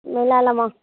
মিলাই ল'ম অঁ